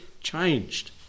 changed